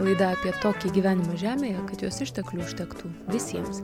laida apie tokį gyvenimą žemėje kad jos išteklių užtektų visiems